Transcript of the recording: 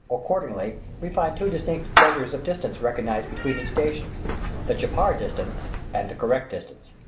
accordingly, we find two distinct measurements of distance recognized between each station the chapar distance and the correct distance.